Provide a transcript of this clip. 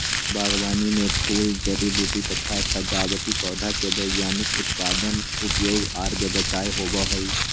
बागवानी मे फूल, जड़ी बूटी तथा सजावटी पौधा के वैज्ञानिक उत्पादन, उपयोग आर व्यवसाय होवई हई